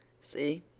see,